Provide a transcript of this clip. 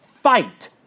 fight